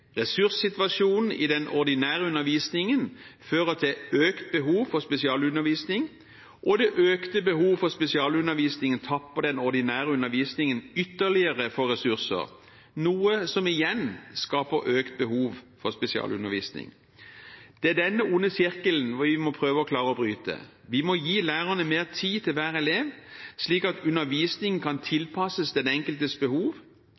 Ressurssituasjonen i den ordinære undervisningen fører til økt behov for spesialundervisning, og det økte behovet for spesialundervisning tapper den ordinære undervisningen ytterligere for ressurser, noe som igjen skaper økt behov for spesialundervisning. Det er denne onde sirkelen vi må prøve å klare å bryte. Vi må gi lærerne mer tid til hver elev, slik at undervisningen kan tilpasses den enkeltes behov.